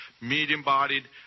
medium-bodied